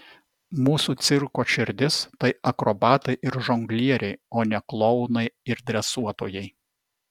mūsų cirko širdis tai akrobatai ir žonglieriai o ne klounai ir dresuotojai